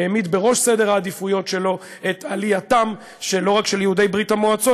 שהעמיד בראש סדר העדיפויות שלו את עלייתם לא רק של יהודי ברית-המועצות,